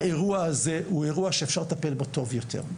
האירוע הזה הוא אירוע שאפשר לטפל בו טוב יותר.